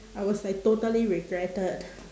I was like totally regretted